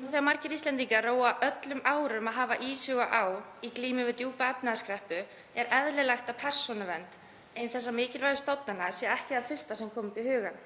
þegar margir Íslendingar róa öllum árum að því hafa í sig og á í glímu við djúpa efnahagskreppu er eðlilegt að Persónuvernd, ein þessara mikilvægu stofnana, sé ekki það fyrsta sem komi upp í hugann,